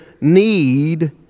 need